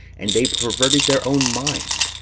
and they perverted their own mind,